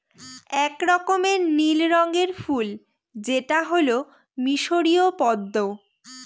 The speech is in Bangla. এক রকমের নীল রঙের ফুল যেটা হল মিসরীয় পদ্মা